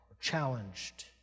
challenged